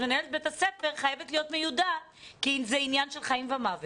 אז מנהלת בית הספר חייבת להיות מיודעת כי זה עניין של חיים ומוות.